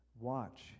watch